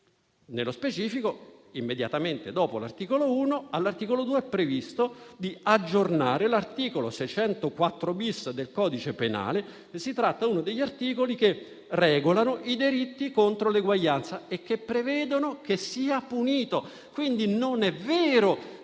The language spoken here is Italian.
Nello specifico, immediatamente dopo l'articolo 1, all'articolo 2 è previsto di aggiornare l'articolo 604-*bis* del codice penale: si tratta uno degli articoli che regolano i delitti contro l'eguaglianza e che prevedono che siano puniti. Quindi, non è vero